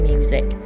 Music